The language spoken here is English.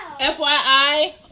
fyi